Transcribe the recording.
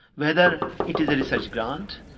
whether it is a research grant,